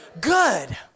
good